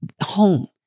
home